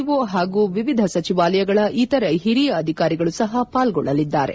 ಓ ಹಾಗೂ ವಿವಿಧ ಸಚಿವಾಲಯಗಳ ಇತರೆ ಹಿರಿಯ ಅಧಿಕಾರಿಗಳು ಸಹ ಪಾಲ್ಗೊಳ್ಳಲಿದ್ದಾರೆ